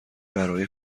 برای